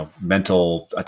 mental